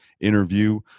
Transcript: interview